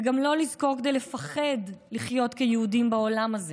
וגם לא לזכור כדי לפחד לחיות כיהודים בעולם הזה,